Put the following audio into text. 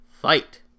Fight